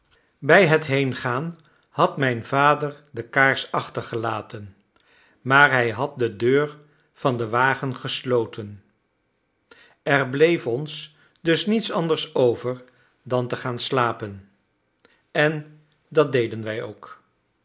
bij het heengaan had mijn vader de kaars achtergelaten maar hij had de deur van den wagen gesloten er bleef ons dus niets anders over dan te gaan slapen en dat deden wij ook